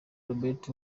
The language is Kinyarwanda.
roberts